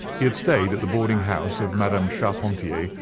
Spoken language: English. he had stayed at the boarding-house of madame charpentier,